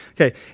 Okay